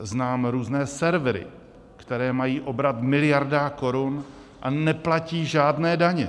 Znám různé servery, které mají obrat v miliardách korun, a neplatí žádné daně!